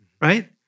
right